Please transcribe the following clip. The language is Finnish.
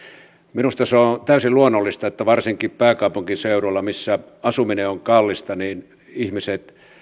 minusta se on on täysin luonnollista että varsinkin pääkaupunkiseudulla missä asuminen on kallista ihmiset